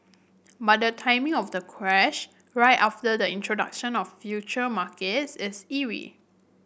but the timing of the crash right after the introduction of future markets is eerie